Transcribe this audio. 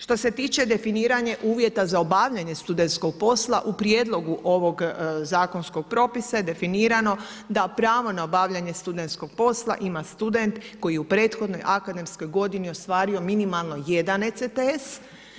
Što se tiče definiranje uvjeta za obavljanje studentskog posla, u prijedlogu ovog zakonskog propisa je definirano da pravo na obavljanje studentskog posla ima student koji je u prethodnog akademskoj godini ostvario minimalno 1 ects.